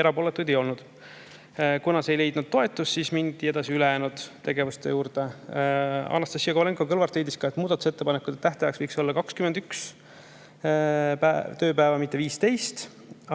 Erapooletuid ei olnud. Kuna see ei leidnud toetust, siis mindi edasi ülejäänud otsuste juurde. Anastassia Kovalenko-Kõlvart leidis, et muudatusettepanekute tähtajaks võiks olla 21 tööpäeva, mitte 15.